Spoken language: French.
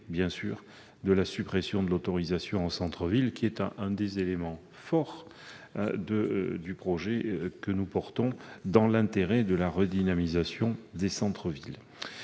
effets de la suppression de l'autorisation en centre-ville qui est l'un des éléments forts du projet que nous portons dans l'intérêt de la redynamisation des centres-villes.